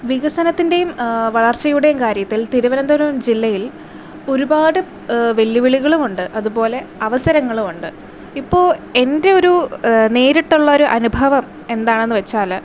വികസനത്തിന്റെയും വളർച്ചയുടെയും കാര്യത്തിൽ തിരുവനന്തപുരം ജില്ലയിൽ ഒരുപാട് വെല്ലുവിളികളും ഉണ്ട് അതുപോലെ അവസരങ്ങളും ഉണ്ട് ഇപ്പോൾ എൻ്റെ ഒരു നേരിട്ടുള്ള ഒരു അനുഭവം എന്താണെന്ന് വെച്ചാല്